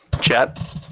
chat